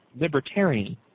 libertarian